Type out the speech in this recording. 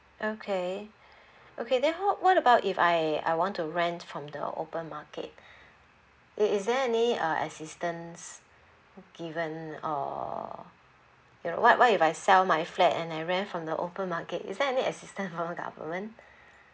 okay okay then how what about if I I want to rent from the open market i~ is there any uh assistance given or you know what what if I sell my flat and I rent from the open market is there any assistance from government